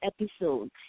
episode